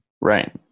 Right